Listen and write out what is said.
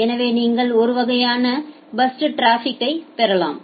எனவே நீங்கள் ஒரு வகையான பர்ஸ்ட் டிராபிக்யை பெறலாம்